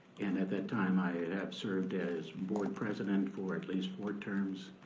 and at that time i have served as board president for at least four terms,